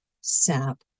sap